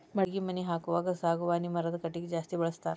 ಮಡಗಿ ಮನಿ ಹಾಕುವಾಗ ಸಾಗವಾನಿ ಮರದ ಕಟಗಿ ಜಾಸ್ತಿ ಬಳಸ್ತಾರ